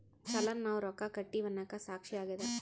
ಚಲನ್ ನಾವ್ ರೊಕ್ಕ ಕಟ್ಟಿವಿ ಅನ್ನಕ ಸಾಕ್ಷಿ ಆಗ್ಯದ